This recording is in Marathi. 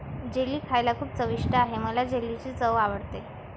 जेली खायला खूप चविष्ट आहे मला जेलीची चव आवडते